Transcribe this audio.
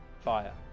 Fire